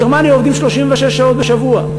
בגרמניה עובדים 36 שעות בשבוע.